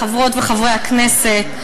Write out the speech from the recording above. חברות וחברי הכנסת,